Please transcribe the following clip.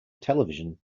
television